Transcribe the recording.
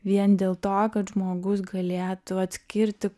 vien dėl to kad žmogus galėtų atskirti